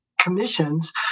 commissions